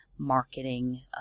marketing